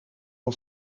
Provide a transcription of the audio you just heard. een